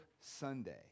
Sunday